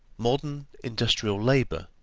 modern industrial labour,